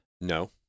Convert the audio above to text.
no